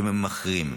וכממכרים.